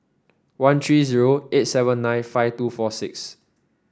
one three zero eight seven nine five two four six